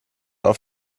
auf